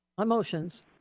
emotions